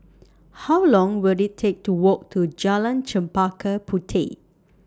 How Long Will IT Take to Walk to Jalan Chempaka Puteh